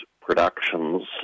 productions